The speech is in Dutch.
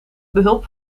behulp